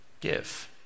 give